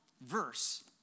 verse